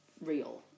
real